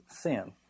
sin